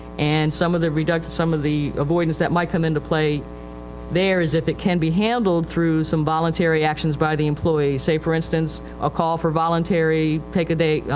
and some of the reduction, some of the avoidance that might come into play there is if it can be handled through some voluntary actions by the employee. say for instance a call for voluntary take a day, ah,